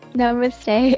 namaste